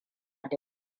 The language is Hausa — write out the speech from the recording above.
da